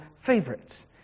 favorites